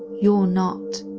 you're not.